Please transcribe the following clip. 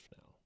now